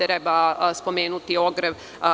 Treba spomenuti ogrev.